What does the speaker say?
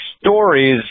stories